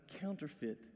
counterfeit